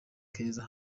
keza